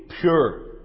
pure